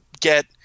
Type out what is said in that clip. get